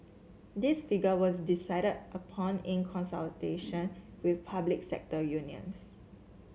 this figure was decided upon in consultation with public sector unions